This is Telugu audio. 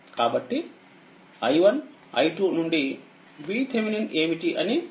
కాబట్టి i1 i2 నుండి VThevenin ఏమిటి అని తెలుసుకోవచ్చు